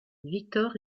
victor